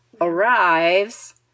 arrives